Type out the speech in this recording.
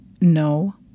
no